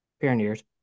Pioneers